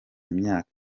imyaka